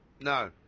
No